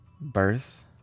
Birth